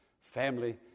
family